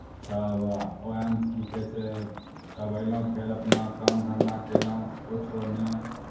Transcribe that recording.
सब ओहेमे कि कहै छै तब अएलहुँ फेर अपना काम धन्धा कएलहुँ किछु ओन्ने